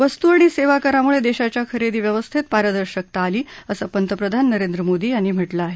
वस्तू आणि सेवा करामुळे देशाच्या खरेदी व्यवस्थेत पारदर्शकता आली असं प्रधानमंत्री नरेंद्र मोदी यांनी म्हटलं आहे